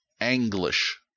English